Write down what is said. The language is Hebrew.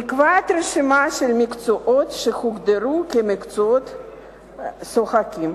נקבעה רשימה של מקצועות שהוגדרו כמקצועות שוחקים.